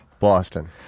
boston